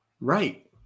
Right